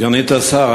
סגנית השר,